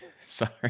Sorry